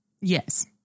Yes